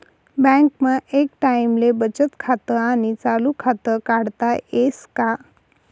बँकमा एक टाईमले बचत खातं आणि चालू खातं काढता येस का?